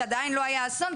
שעדיין לא היה אסון,